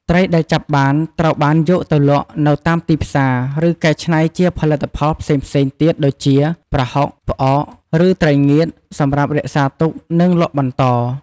ត្រីដែលចាប់បានត្រូវបានយកទៅលក់នៅតាមទីផ្សារ ឬកែច្នៃជាផលិតផលផ្សេងៗទៀតដូចជា ប្រហុក ផ្អក ឬត្រីងៀត សម្រាប់រក្សាទុក និងលក់បន្ត។